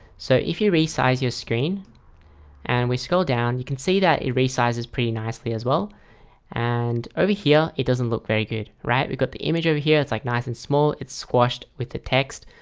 so if you resize your screen and we scroll down you can see that it resizes pretty nicely as well and over here. it doesn't look very good. right? we've got the image over here. it's like nice and small it's squashed with the text.